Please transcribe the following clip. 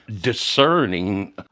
discerning